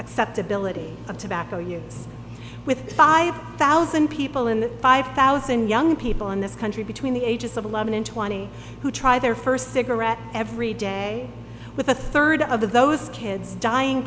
acceptability of tobacco use with five thousand people in the five thousand young people in this country between the ages of eleven and twenty who try their first cigarette every day with a third of those kids dying